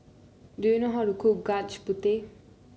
do you know how to cook Gudeg Putih